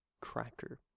cracker